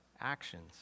actions